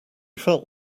felt